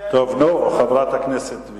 איך את מצביעה לממשלה הזו?